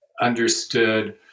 understood